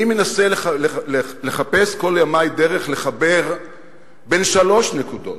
אני מנסה לחפש כל ימי דרך לחבר בין שלוש נקודות: